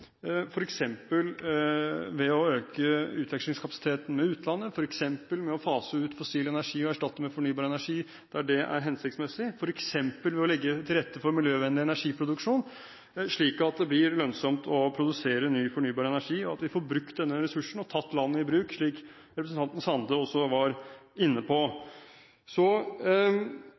ved å øke utvekslingskapasiteten med utlandet, f.eks. ved å fase ut fossil energi og erstatte med fornybar energi der det er hensiktsmessig, og f.eks. ved å legge til rette for miljøvennlig energiproduksjon slik at det blir lønnsomt å produsere ny fornybar energi, slik at vi får brukt denne ressursen og tatt landet i bruk, slik representanten Sande også var inne på.